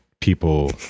people